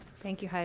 thank you.